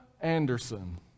Anderson